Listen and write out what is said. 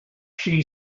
she